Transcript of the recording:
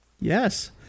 Yes